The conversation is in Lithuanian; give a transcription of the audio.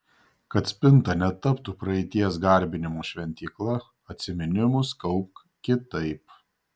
kad spinta netaptų praeities garbinimo šventykla atsiminimus kaupk kitaip